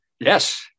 Yes